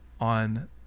on